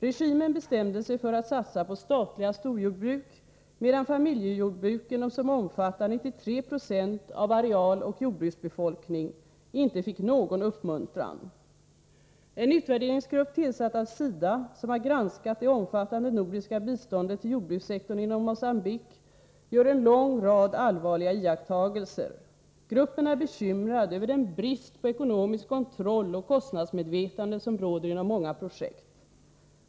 Regimen bestämde sig för att satsa på statliga storjordbruk, medan familjejordbruken, som omfattar 93 96 av areal och jordbruksbefolkning, inte fick någon uppmuntran. En utvärderingsgrupp tillsatt av SIDA, som har granskat det omfattande nordiska biståndet till jordbrukssektorn inom Mogambique, gör en lång rad allvarliga iakttagelser. Gruppen är djupt bekymrad över den brist på ekonomisk kontroll och kostnadsmedvetande som råder inom många projekt.